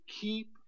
keep